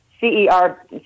C-E-R